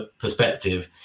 perspective